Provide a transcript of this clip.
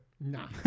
Nah